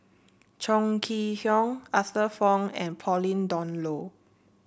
Chong Kee Hiong Arthur Fong and Pauline Dawn Loh